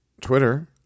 Twitter